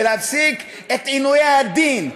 להפסיק את עינוי הדין,